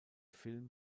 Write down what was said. film